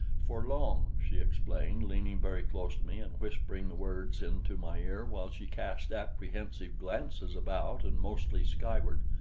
for long, she explained, leaning very close to me and whispering the words into my ear while she cast apprehensive glances about and mostly skyward,